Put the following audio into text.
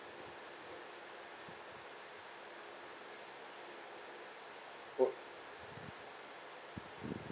oh